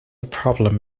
problem